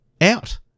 out